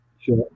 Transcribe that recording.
sure